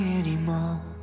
anymore